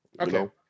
Okay